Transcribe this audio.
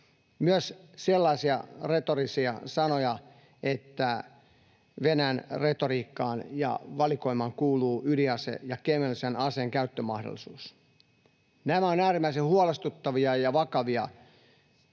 myös sellaisia retorisia sanoja, että Venäjän retoriikkaan ja valikoimaan kuuluu ydinase ja kemiallisen aseen käyttömahdollisuus. Nämä ovat äärimmäisen huolestuttavia ja vakavia